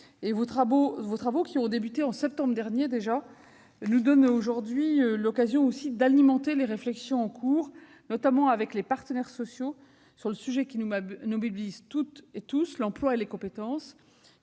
Ces travaux, qui ont débuté en septembre dernier, nous donnent l'occasion aujourd'hui d'alimenter les réflexions en cours, notamment avec les partenaires sociaux, sur un sujet essentiel qui nous mobilise toutes et tous, à savoir l'emploi et les compétences.